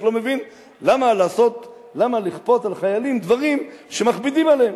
לא מבין למה לכפות על חיילים דברים שמכבידים עליהם.